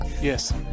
Yes